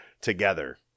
together